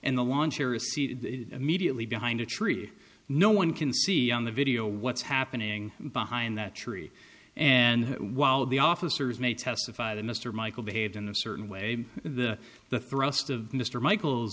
and immediately behind a tree no one can see on the video what's happening behind that tree and while the officers may testify that mr michael behaved in a certain way the the thrust of mr